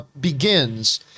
Begins